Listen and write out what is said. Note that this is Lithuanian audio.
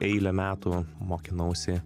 eilę metų mokinausi